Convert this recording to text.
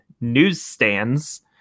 newsstands